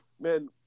man